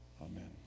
amen